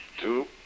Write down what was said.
two